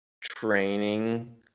training